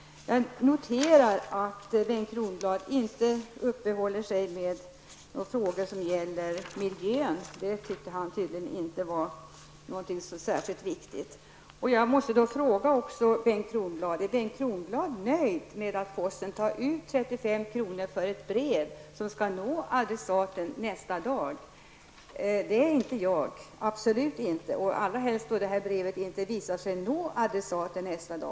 Jag noterar att Bengt Kronblad inte uppehåller sig vid de frågor som gäller miljön. Det tyckte han tydligen inte var så viktigt. Är Bengt Kronblad nöjd med att posten tar ut 35 kr. för ett brev som skall nå adressaten nästa dag? Jag är absolut inte det. Allra helst då brevet visar sig inte nå adressaten nästa dag.